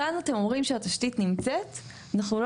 כאן אתם אומרים שהתשתית נמצאת״ אנחנו לא